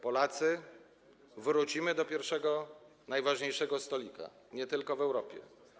Polacy, wrócimy do pierwszego najważniejszego stolika, nie tylko w Europie.